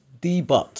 debut